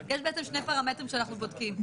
יש שני פרמטרים שאנחנו בודקים,